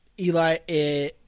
Eli